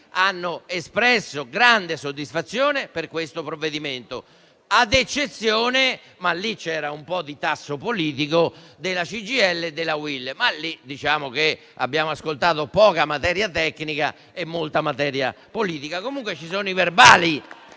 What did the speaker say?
hanno espresso grande soddisfazione per questo provvedimento, ad eccezione - ma lì c'è stato un po' di tasso politico - della CGIL e della UIL, anche se in quel caso abbiamo ascoltato poca materia tecnica e molta materia politica. Comunque ci sono i verbali